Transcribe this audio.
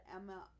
Emma